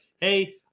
hey